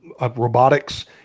robotics